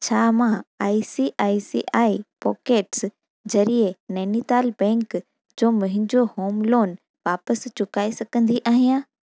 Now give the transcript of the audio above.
छा मां I C I C I pockets ज़रिए नैनीताल बैंक जो मुंहिंजो होम लोन वापसि चुकाए सघंदी आहियां